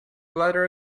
bladder